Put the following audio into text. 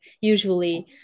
usually